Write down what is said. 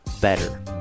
better